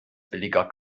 billiger